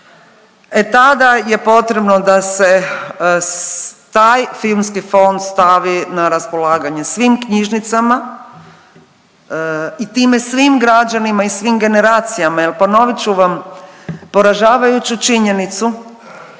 E tada je potrebno da se taj filmski fond stavi na raspolaganje svim knjižnicama i time svim građanima i svim generacijama jer ponovit ću vam poražavajuću činjenicu